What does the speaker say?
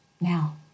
Now